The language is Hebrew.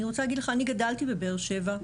אני גדלתי בבאר שבע,